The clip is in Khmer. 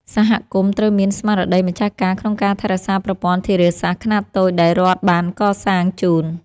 សហគមន៍ត្រូវមានស្មារតីម្ចាស់ការក្នុងការថែរក្សាប្រព័ន្ធធារាសាស្ត្រខ្នាតតូចដែលរដ្ឋបានកសាងជូន។